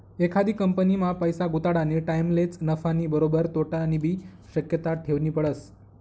एखादी कंपनीमा पैसा गुताडानी टाईमलेच नफानी बरोबर तोटानीबी शक्यता ठेवनी पडस